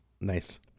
Nice